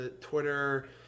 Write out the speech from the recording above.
Twitter